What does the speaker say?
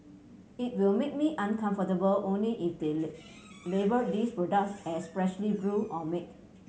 it will make me uncomfortable only if they lay label these products as freshly brewed or make